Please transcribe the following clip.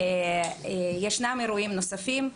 ישנם אירועים נוספים.